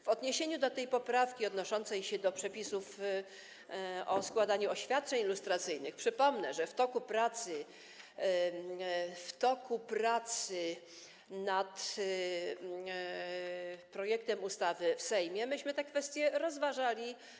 W odniesieniu do tej poprawki odnoszącej się do przepisów o składaniu oświadczeń lustracyjnych przypomnę, że w toku pracy nad projektem ustawy w Sejmie myśmy tę kwestię rozważali.